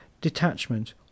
Detachment